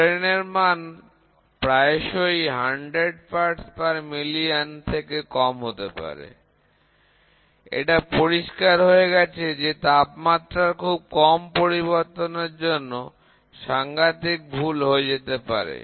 বিকৃতির মান প্রায়শই 100 পার্টস প্রতি মিলিয়ন থেকে কম হতে পারে এটা পরিস্কার হয়ে গেছে যে তাপমাত্রার খুব কম পরিবর্তনের জন্য সাংঘাতিক ভুল হয়ে যেতে পারে